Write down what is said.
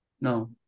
No